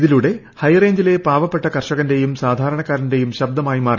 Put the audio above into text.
ഇതിലൂടെ ഹൈറേഞ്ചിലെ പാവപ്പെട്ട കർഷകന്റെയും സാധാരണക്കാരന്റെയും ശബ്ദമായി മാറി